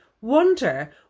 wonder